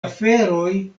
aferoj